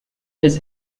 his